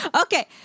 Okay